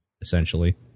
Essentially